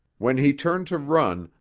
when he turned to run,